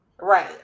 right